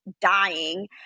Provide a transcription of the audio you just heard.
dying